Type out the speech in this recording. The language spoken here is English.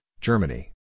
Germany